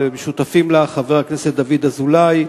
אבל שותפים לה חברי הכנסת דוד אזולאי,